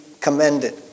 commended